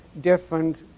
different